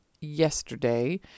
yesterday